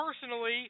personally